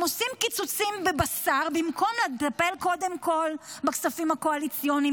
הם עושים קיצוצים בבשר במקום לטפל קודם כול בכספים הקואליציוניים,